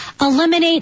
eliminate